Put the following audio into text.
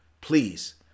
Please